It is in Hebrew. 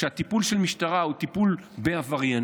כשהטיפול של המשטרה בהם הוא טיפול בעבריינים,